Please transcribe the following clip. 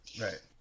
Right